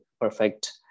perfect